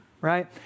right